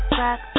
back